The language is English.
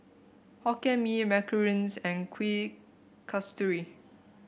Hokkien Mee Macarons and Kuih Kasturi